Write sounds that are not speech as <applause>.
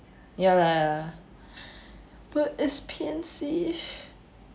ya lah <breath> but expensive